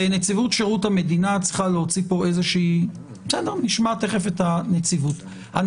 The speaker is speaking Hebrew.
תכף נשמע את נציבות שירות המדינה.